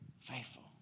faithful